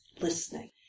listening